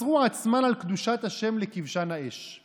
אתה איש מאוד חברתי.